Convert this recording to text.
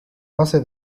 base